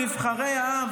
נבחרי העם,